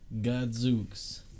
Godzooks